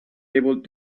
able